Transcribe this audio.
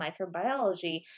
microbiology